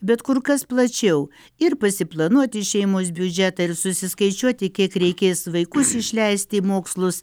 bet kur kas plačiau ir prisiplanuoti šeimos biudžetą ir susiskaičiuoti kiek reikės vaikus išleisti į mokslus